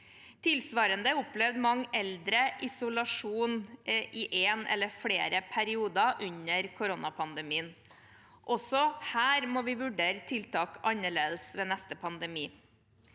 Tilsvarende opplevde mange eldre isolasjon i én eller flere perioder under koronapandemien. Også her må vi vurdere tiltak annerledes ved neste pandemi.